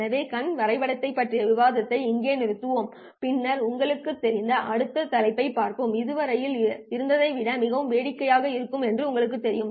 எனவே கண் வரைபடத்தைப் பற்றிய விவாதத்தை இங்கே நிறுத்துவோம் பின்னர் உங்களுக்குத் தெரிந்த அடுத்த தலைப்பைப் பார்ப்போம் இதுவரையில் இருந்ததை விட மிகவும் வேடிக்கையாக இருக்கும் என்று உங்களுக்குத் தெரியும்